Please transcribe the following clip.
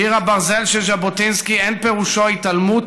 קיר הברזל של ז'בוטינסקי אין פירושו התעלמות